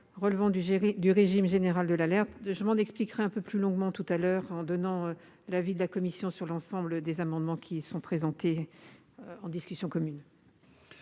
relevant du régime général de l'alerte. Je m'en expliquerai un peu plus longuement lorsque je donnerai l'avis de la commission sur l'ensemble des amendements en discussion commune.